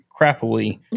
crappily